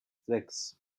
sechs